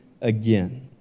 again